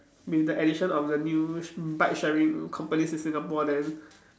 with the addition of the new bike sharing companies in Singapore then